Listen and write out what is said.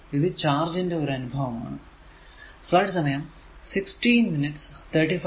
ഇത് ചാർജ് ന്റെ ഒരു അനുഭവം ആണ്